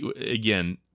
again